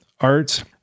art